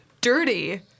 dirty